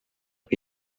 que